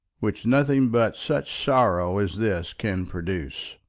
which nothing but such sorrow as this can produce.